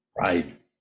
right